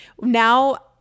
now